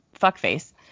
Fuckface